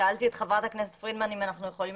שאלתי את חברת הכנסת פרידמן אם אנחנו יכולים